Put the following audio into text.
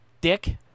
Dick